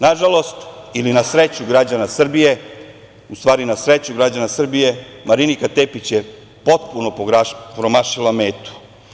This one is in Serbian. Nažalost ili na sreću građana Srbije, u stvari na sreću građana Srbije, Marinika Tepić je potpuno promašila metu.